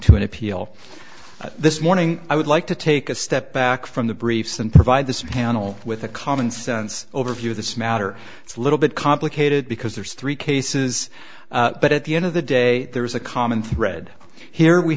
to an appeal this morning i would like to take a step back from the briefs and provide this panel with a commonsense overview of this matter it's a little bit complicated because there's three cases but at the end of the day there is a common thread here we